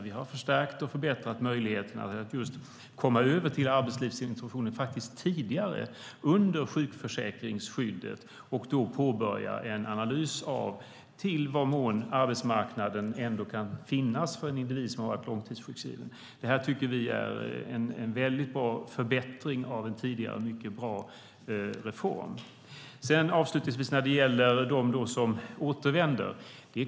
Vi har förstärkt och förbättrat möjligheterna att komma över till arbetslivsintroduktionen tidigare, under sjukförsäkringsskyddet, och då påbörja en analys av i vad mån arbetsmarknaden ändå kan finnas för en individ som har varit långtidssjukskriven. Detta är en bra förbättring av en redan bra reform. Så till dem som återvänder.